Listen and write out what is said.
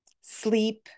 sleep